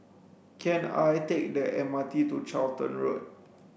can I take the M R T to Charlton Road